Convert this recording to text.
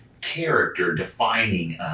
character-defining